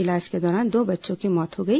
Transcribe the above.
इलाज के दौरान दो बच्चों की मौत हो गई